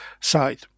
side